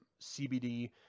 CBD